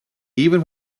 even